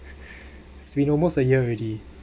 it's been almost a year already